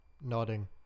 Nodding